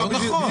לא נכון.